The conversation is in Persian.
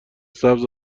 سبز